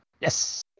yes